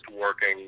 working